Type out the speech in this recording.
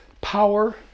power